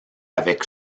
avec